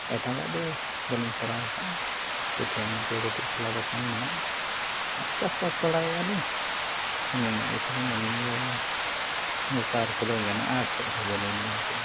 ᱮᱴᱟᱜᱟᱜ ᱫᱚ ᱵᱟᱹᱞᱤᱧ ᱠᱚᱨᱟᱣ ᱟᱠᱟᱫᱼᱟ ᱪᱷᱩᱴᱭᱟᱹᱼᱢᱩᱴᱭᱟᱹ ᱠᱟᱹᱴᱤᱡ ᱪᱷᱳᱞᱟ ᱫᱳᱠᱟᱱ ᱢᱮᱱᱟᱜᱼᱟ ᱟᱨ ᱪᱟᱥᱵᱟᱥ ᱵᱟᱲᱟᱭᱮᱫᱼᱟ ᱞᱤᱧ ᱤᱱᱼᱤᱱᱟᱹ ᱜᱮᱛᱟᱞᱤᱧ ᱟᱹᱞᱤᱧ ᱫᱚ ᱵᱮᱯᱟᱨ ᱠᱚᱫᱚ ᱢᱮᱱᱟᱜᱼᱟ ᱟᱨ ᱪᱮᱫᱦᱚᱸ ᱵᱟᱹᱱᱩᱜ ᱟᱹᱱᱤᱡ ᱚᱱᱠᱟ ᱫᱚ